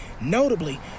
notably